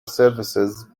services